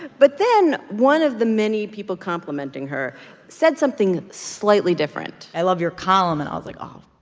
but then, one of the many people complimenting her said something slightly different i love your column. and i was like, oh,